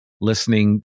listening